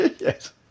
Yes